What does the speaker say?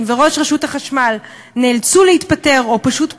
וראש רשות החשמל נאלצו להתפטר או פשוט פוטרו,